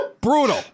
brutal